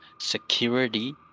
security